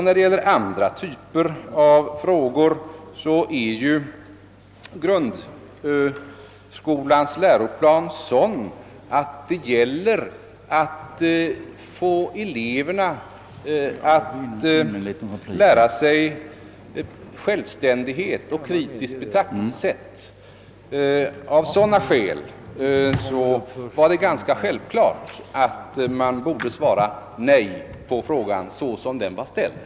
När det gäller andra typer av frågor syftar grundskolans läroplan till att få eleverna att visa självständighet och anlägga ett kritiskt betraktelsesätt. Av sådana skäl var det ganska självklart att man, såsom frågan var ställd, borde svara nej på densamma.